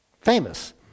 famous